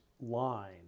line